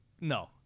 No